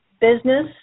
business